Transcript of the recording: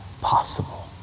possible